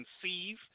conceive